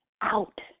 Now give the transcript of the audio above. out